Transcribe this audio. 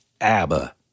ABBA